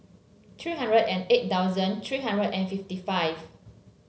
three hundred and eight thousand three hundred and fifty five